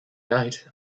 night